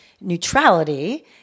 neutrality